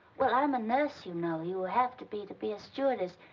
well, i'm a nurse, you know. you have to be to be a stewardess.